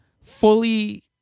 fully